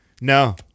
No